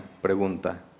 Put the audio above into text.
pregunta